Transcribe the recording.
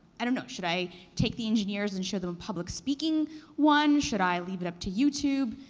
i don't know, should i take the engineers and show them public speaking one, should i leave it up to youtube,